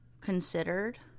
considered